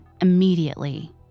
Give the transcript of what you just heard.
immediately